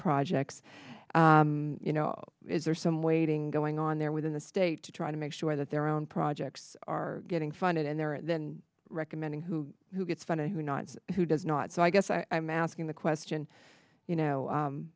projects you know is there some waiting going on there within the state to try to make sure that their own projects are getting funded and they're recommending who who gets funded who not who does not so i guess i'm asking the question you know